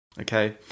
Okay